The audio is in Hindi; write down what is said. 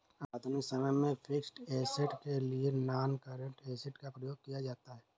आधुनिक समय में फिक्स्ड ऐसेट के लिए नॉनकरेंट एसिड का प्रयोग किया जाता है